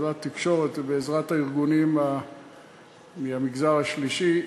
בעזרת התקשורת ובעזרת הארגונים מהמגזר השלישי,